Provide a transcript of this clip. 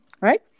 right